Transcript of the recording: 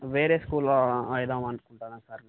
వేరే స్కూల్లో అవుదాము అనుకుంటున్నాను సార్ నేను